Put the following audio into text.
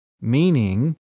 meaning